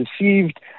received